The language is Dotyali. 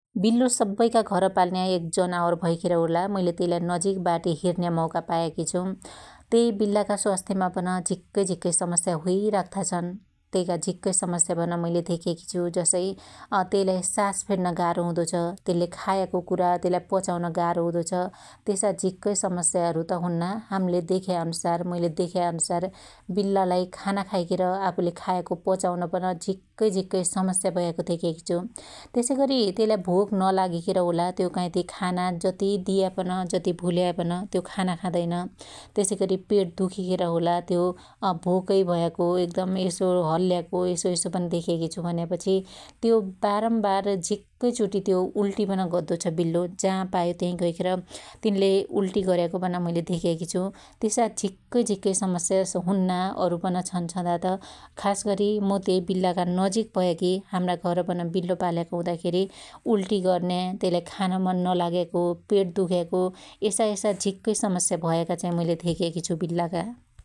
बिल्लो सब्बैका घर पाल्न्या एक जनावर भैखेर होला मुइले त्यइलाई त्यइलाई नजिक बाटी हेर्नया मौका पायाकि छु । त्यइ बिल्लाका स्वास्थ्यमा पन झीक्कै झीक्कै समस्या होइराख्ता छन । त्यइका झिक्कै समस्यापन मुइले धेक्याकी छु जसै त्यइलाइ सास फेर्न गार्हा हुदो छ । त्यल्ले खायाको कुणा त्यइलाइ पचाउन गार्हो हुदो छ । त्यसा झिक्कै समस्याअरु त हुन्ना हाम्ले देख्या अनुसार मुइले देख्या अनुसार बिल्लालाई खानाखाइखेर आफुले खायको पचाउन पन झीक्कै झिक्कै समस्या भयाको धेक्याकी छु । त्यसैगरी त्यइलाई भोक नलागीखेर होला त्यो काईथी खाना जती दियापन जति भुल्याया पन त्यो खाना खादैन् । त्यसैगरी पेट दुखिखेर होला त्यो भोकै भयाको एकदम यसो हल्याको यसो यसो पन धेक्याकि छु भन्यापछि त्यो बारम्बार झीक्कै चोटी उल्टि पन गद्दो छ बिल्लो । जापायो त्याइ गैखेर तिनले उल्टि गर्याको पन मुइले धेक्याकी छु । त्यसा झिक्कै झिक्कै समस्या हुन्ना अरु पन छन छदात । खासगरि मु त्यइ बिल्लाका नजिक भयाकि हाम्रा घर पन बिल्लो पाल्याको हुदाखेरि उल्टि गर्न्या त्यइलाई खानमन लगाग्याको पेट दुख्याको यसा यसा झक्कै झीक्कै समस्या भयाका चाहि मुइले धेक्याकि छु बिल्लाका ।